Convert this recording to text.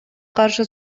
каршы